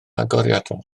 agoriadol